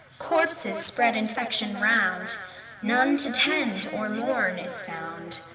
corpses spread infection round none to tend or mourn is found.